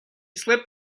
slipped